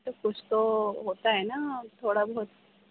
ارے کچھ تو ہوتا ہے نا تھوڑا بہت